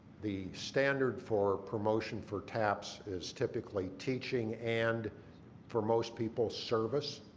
the standard for promotion for taps is typically teaching and for most people service.